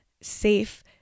safe